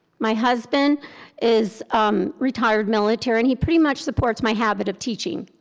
my husband is retired military and he pretty much supports my habit of teaching.